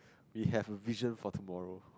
we have a vision for tomorrow